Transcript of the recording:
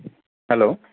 hello